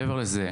מעבר לזה,